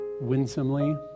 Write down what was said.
winsomely